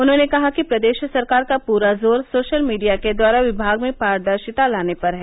उन्होंने कहा कि प्रदेश सरकार का पूरा जोर सोशल मीडिया के द्वारा विभाग में पारदर्शिता लाने पर हैं